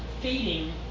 feeding